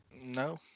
no